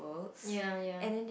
ya ya